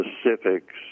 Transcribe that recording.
specifics